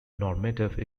normative